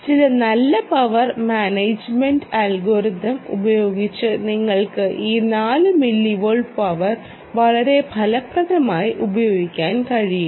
ചില നല്ല power management algorithm ഉപയോഗിച്ച് നിങ്ങൾക്ക് ഈ 4 മില്ലിവാട്ട് പവർ വളരെ ഫലപ്രദമായി ഉപയോഗിക്കാൻ കഴിയും